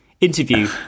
interview